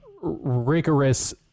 rigorous